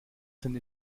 sind